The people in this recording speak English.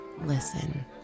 Listen